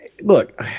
look